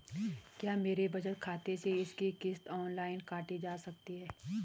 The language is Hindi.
क्या मेरे बचत खाते से इसकी किश्त ऑनलाइन काटी जा सकती है?